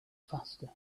faster